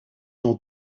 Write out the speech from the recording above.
dans